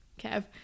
Kev